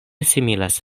similas